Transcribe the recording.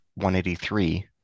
183